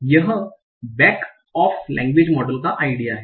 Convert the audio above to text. यह back off language model का idea है